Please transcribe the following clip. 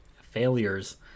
failures